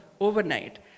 overnight